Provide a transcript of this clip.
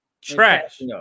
Trash